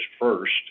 first